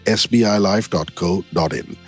sbilife.co.in